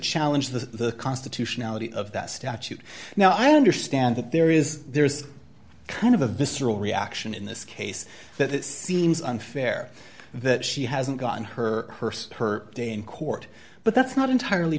challenge the constitutionality of that statute now i understand that there is there is kind of a visceral reaction in this case that it seems unfair that she hasn't gotten her purse her day in court but that's not entirely